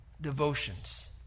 devotions